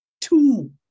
two